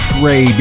Pray